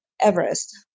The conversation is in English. Everest